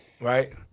right